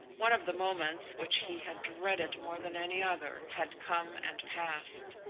one of the moments which he had dreaded more than any other had come and passed.